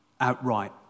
outright